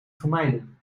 vermijden